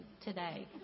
today